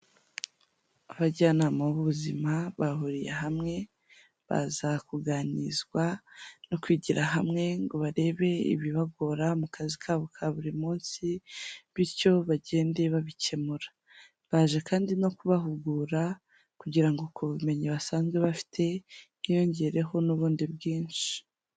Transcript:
Abajyanama b'ubuzima bahuriye hamwe baza kuganirizwa no kwigira hamwe ngo barebe ibibagora mu kazi kabo ka buri munsi bityo bagende babikemura, baje kandi no kubahugura kugira ku bumenyi basanze bafite hiyongereho n'ubundi bwinshi.